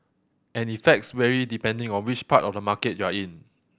and effects vary depending on which part of the market you're in